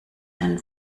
einen